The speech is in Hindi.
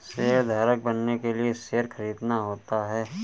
शेयरधारक बनने के लिए शेयर खरीदना होता है